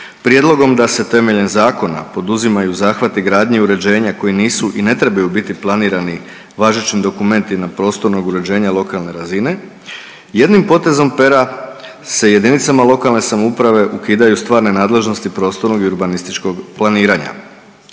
prijedlogom da se temeljem zakona poduzimaju zahvati gradnje i uređenja koji nisu i ne trebaju biti planirani važećim dokumentima prostornog uređenja lokalne razine, jednim potezom pera se jedinicama lokalne samouprave ukidaju stvarne nadležnosti prostornog i urbanističkog planiranja.